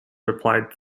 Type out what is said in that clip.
replied